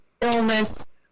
illness